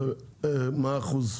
מה האחוז?